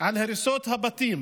על הריסות הבתים,